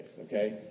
okay